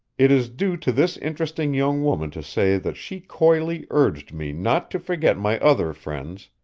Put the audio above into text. it is due to this interesting young woman to say that she coyly urged me not to forget my other friends,